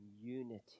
unity